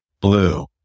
Blue